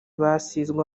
basizwe